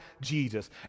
Jesus